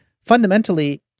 fundamentally